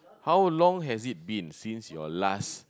how long has it been since your last